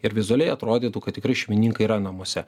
ir vizualiai atrodytų kad tikrai šeimininkai yra namuose